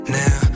now